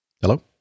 Hello